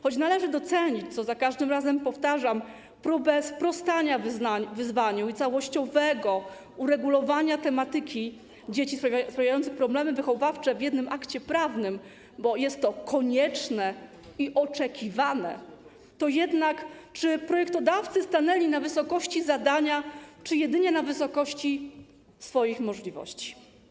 Choć należy docenić, co za każdym razem powtarzam, próbę sprostania wyzwaniu i całościowego uregulowania tematyki dzieci sprawiających problemy wychowawcze w jednym akcie prawnym, bo jest to konieczne i oczekiwane, to jednak czy projektodawcy stanęli na wysokości zadania, czy jedynie na wysokości swoich możliwości?